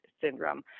syndrome